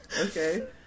Okay